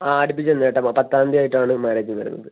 ആ അടുപ്പിച്ച് തന്നെയാണ് കേട്ടോ പത്താം തീയതി ആയിട്ടാണ് മാരേജും വരുന്നത്